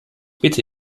bitte